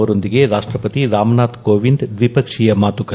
ಅವರೊಂದಿಗೆ ರಾಷ್ಟ್ರಪತಿ ರಾಮನಾಥ್ ಕೋವಿಂದ್ ದ್ವಿಪಕ್ಷೀಯ ಮಾತುಕತೆ